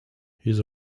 his